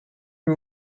you